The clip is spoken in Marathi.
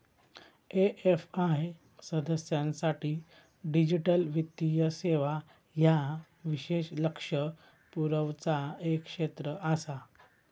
ए.एफ.आय सदस्यांसाठी डिजिटल वित्तीय सेवा ह्या विशेष लक्ष पुरवचा एक क्षेत्र आसा